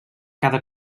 cada